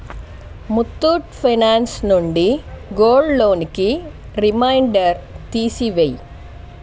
Muthoot finance నుండి గోల్డ్ లోన్కి రిమైండర్ తీసి వేయి